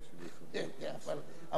אבל אחר כך האשמה תיפול עלינו.